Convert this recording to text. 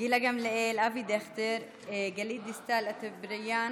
גילה גמליאל, אבי דיכטר, גלית דיסטל אטבריאן,